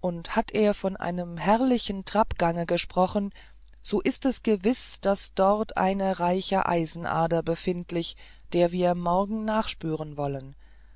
und hat er von einem herrlichen trappgange gesprochen so ist es gewiß daß dort eine reiche eisenader befindlich der wir morgen nachspüren wollen